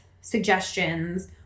suggestions